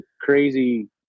crazy